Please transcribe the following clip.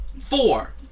four